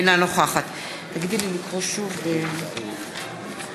אינה נוכחת אני מקוזז עם יעל